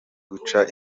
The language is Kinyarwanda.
guca